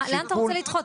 לאן אתה רוצה לדחות?